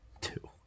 two